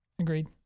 Agreed